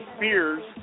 Spears